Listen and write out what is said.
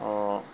اور